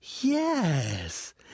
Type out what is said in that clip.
yes